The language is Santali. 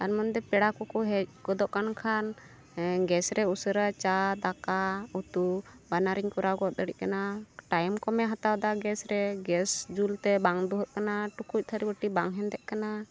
ᱛᱟᱨ ᱢᱚᱫᱽᱫᱷᱮ ᱯᱮᱲᱟ ᱠᱚᱠᱚ ᱦᱮᱡ ᱜᱚᱫᱚᱜ ᱠᱟᱱ ᱠᱷᱟᱱ ᱜᱮᱥᱨᱮ ᱩᱥᱟᱹᱨᱟ ᱪᱟ ᱫᱟᱠᱟ ᱩᱛᱩ ᱵᱟᱱᱟᱨᱤᱧ ᱠᱚᱨᱟᱣᱜᱚᱫ ᱫᱟᱲᱮᱭᱟᱜ ᱠᱟᱱᱟ ᱴᱟᱹᱭᱤᱢ ᱠᱚᱢᱮ ᱦᱟᱛᱟᱣᱫᱟ ᱜᱮᱥᱨᱮ ᱜᱮᱥ ᱡᱩᱞᱛᱮ ᱵᱟᱝ ᱫᱩᱦᱟᱹᱜ ᱠᱟᱱᱟ ᱴᱩᱠᱩᱡ ᱛᱷᱟᱹᱨᱤ ᱵᱟᱹᱴᱤ ᱵᱟᱝ ᱦᱮᱸᱫᱮᱜ ᱠᱟᱱᱟ